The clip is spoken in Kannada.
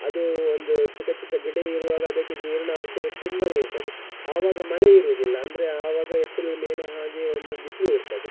ಅದು ಒಂದು ಚಿಕ್ಕ ಚಿಕ್ಕ ಗಿಡ ಇರುವಾಗ ಅದಕ್ಕೆ ನೀರಿನ ಅವಶ್ಯಕತೆ ತುಂಬನೇ ಇರ್ತದೆ ಆವಾಗ ಮಳೆ ಇರುವುದಿಲ್ಲ ಅಂದರೆ ಆವಾಗ ಎಪ್ರಿಲ್ ಮೇನ ಹಾಗೆ ಒಂದು ಬಿಸಿಲಿರ್ತದೆ